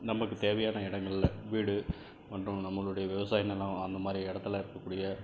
நமக்கு தேவையான இடங்கள்ல வீடு மற்றும் நம்மளுடைய விவசாய நிலம் அந்தமாதிரி இடத்துல இருக்கக்கூடிய